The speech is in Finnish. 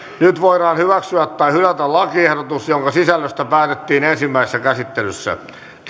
nyt voidaan hyväksyä tai hylätä lakiehdotus jonka sisällöstä päätettiin ensimmäisessä käsittelyssä